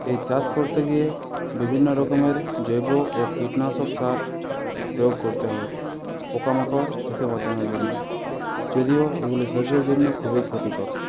এই চাষ করতে গিয়ে বিভিন্ন রকমের জৈব ও কীটনাশক সার প্রয়োগ করতে হয় পোকামাকড় থেকে বাঁচানোর জন্য যদিও এগুলো শরীরের জন্য খুবই ক্ষতিকর